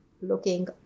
looking